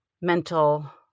mental